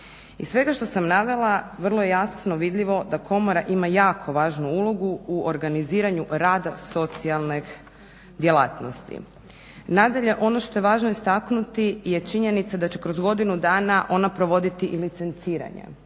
Iz svega što sam navela vrlo je jasno vidljivo da komora ima jako važnu ulogu u organiziranju rada socijalne djelatnosti. Nadalje, ono što je važno istaknuti je činjenica da će kroz godinu dana ona provoditi i licenciranje.